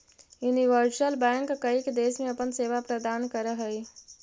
universal bank कईक देश में अपन सेवा प्रदान करऽ हइ